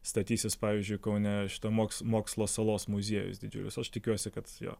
statysis pavyzdžiui kaune šito moks mokslo salos muziejus dydžiulis aš tikiuosi kad jo